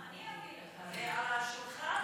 זה על השולחן?